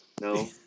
No